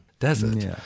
desert